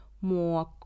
more